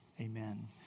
Amen